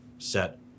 set